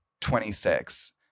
26